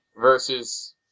versus